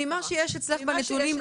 ממה שיש אצלך בנתונים,